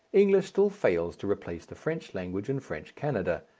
english still fails to replace the french language in french canada,